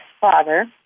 father